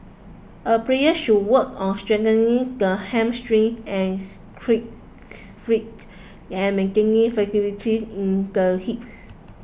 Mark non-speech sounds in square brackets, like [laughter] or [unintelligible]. a player should work on strengthening the hamstring and [unintelligible] and maintaining flexibility in the hips